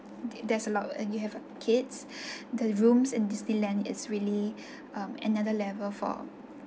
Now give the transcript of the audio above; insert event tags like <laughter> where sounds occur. th~ there's a lot and you a have kids <breath> the rooms in disneyland is really <breath> um another level for